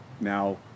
now